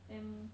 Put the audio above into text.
then